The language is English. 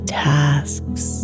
tasks